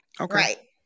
Okay